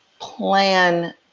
plan